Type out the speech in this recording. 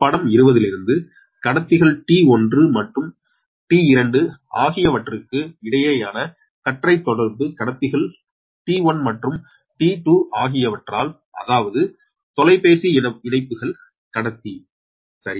படம் 20 லிருந்து கடத்திகள் T1 மற்றும் T2 ஆகியவற்றுக்கு இடையேயான கற்றைத் தொடர்பு கடத்திகள் T1 மற்றும் T2 ஆகியவற்றால் அதாவது தொலைபேசி இணைப்புகள் கடத்தி சரியா